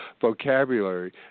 vocabulary